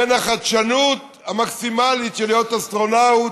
בין החדשנות המקסימלית של להיות אסטרונאוט